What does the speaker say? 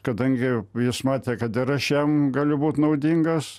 kadangi jis matė kad ir aš jam gali būt naudingas